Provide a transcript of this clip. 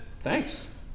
Thanks